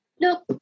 Look